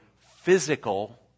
Physical